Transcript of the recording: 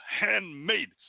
handmade